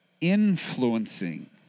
influencing